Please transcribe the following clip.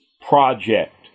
project